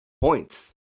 points